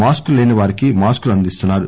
మాస్కులు లేని వారికి మాస్కులు అందిస్తున్నారు